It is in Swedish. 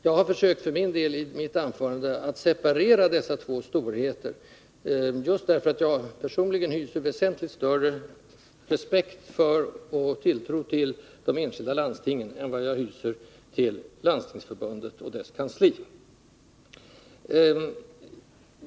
Jag har i mitt anförande försökt separera dessa två storheter, just därför att jag personligen hyser väsentligt större respekt för och tilltro till de enskilda landstingen än Landstingsförbundet och dess kansli.